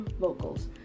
vocals